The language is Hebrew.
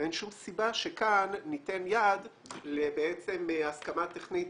ואין שום סיבה שכאן ניתן יד להסכמה טכנית,